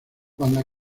cuando